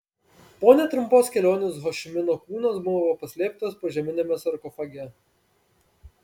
po netrumpos kelionės ho ši mino kūnas buvo paslėptas požeminiame sarkofage